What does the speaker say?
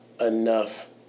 enough